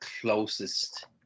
closest